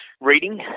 reading